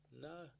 no